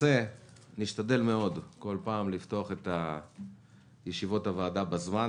נשתדל מאוד לפתוח את ישיבות הוועדה בזמן,